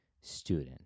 student